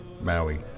Maui